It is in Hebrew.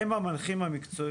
הם המנחים המקצועיים,